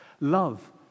Love